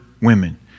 women